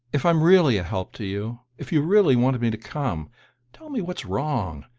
if i'm really a help to you if you really wanted me to come tell me what's wrong,